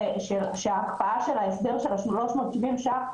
שההקפאה של ההסדר של 370 שקלים,